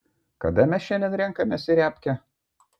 kada mes šiandien renkamės į repkę